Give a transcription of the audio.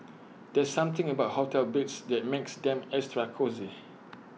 there's something about hotel beds that makes them extra cosy